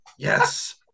Yes